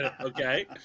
Okay